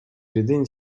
within